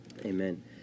Amen